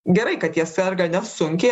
gerai kad jie serga nesunkiai